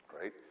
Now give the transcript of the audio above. right